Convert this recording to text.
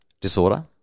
disorder